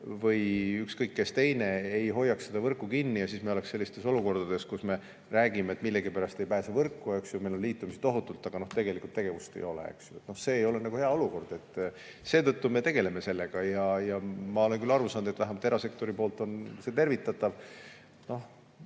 või ükskõik kes, ei hoiaks võrku kinni. Siis me ei oleks sellistes olukordades, kus me räägime, et millegipärast ei pääse võrku. Meil on liitumisi tohutult, aga tegelikult tegevust ei ole, eks ju. See ei ole hea olukord. Seetõttu me tegeleme sellega ja ma olen küll aru saanud, et vähemalt erasektori poolt on see tervitatav.